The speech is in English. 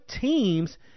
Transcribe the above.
teams